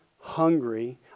hungry